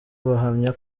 bahamya